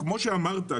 כפי שאמרת,